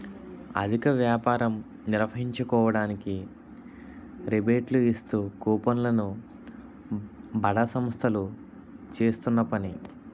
అధిక వ్యాపారం నిర్వహించుకోవడానికి రిబేట్లు ఇస్తూ కూపన్లు ను బడా సంస్థలు చేస్తున్న పని